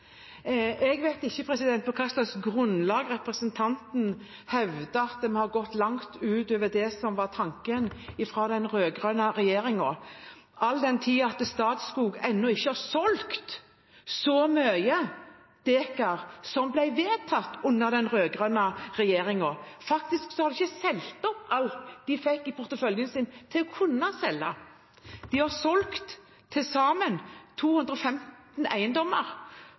Jeg vet ikke på hvilket grunnlag representanten hevder at vi har gått langt utover det som var tanken fra den rød-grønne regjeringen, all den tid Statskog ennå ikke har solgt så mange dekar som det som ble vedtatt under den rød-grønne regjeringen. Faktisk har de ikke solgt alt de fikk i porteføljen sin til å kunne selge. De har solgt til sammen 215 eiendommer